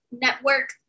Network